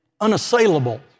unassailable